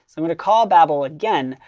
i'm going to call babel again,